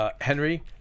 Henry